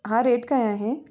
हा रेट काय आहे